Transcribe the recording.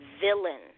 villain